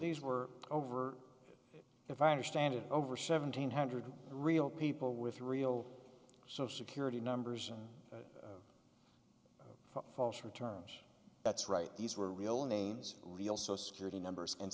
these were over if i understand it over seventeen hundred real people with real social security numbers are false returns that's right these were real names real social security numbers and